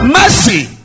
mercy